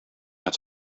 het